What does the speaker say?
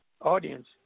audience